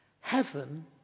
Heaven